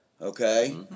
okay